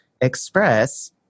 Express